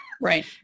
Right